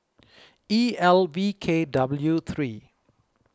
E L V K W three